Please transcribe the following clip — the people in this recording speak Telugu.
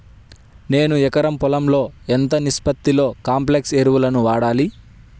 నేను ఎకరం పొలంలో ఎంత నిష్పత్తిలో కాంప్లెక్స్ ఎరువులను వాడాలి?